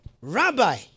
Rabbi